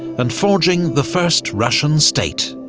and forging the first russian state.